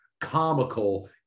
comical